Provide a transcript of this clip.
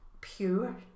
pure